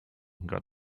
got